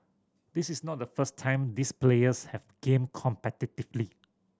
this is not the first time these players have gamed competitively